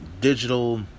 digital